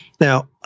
Now